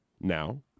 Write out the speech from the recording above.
Now